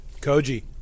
Koji